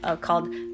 called